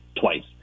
twice